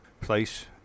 Place